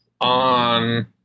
on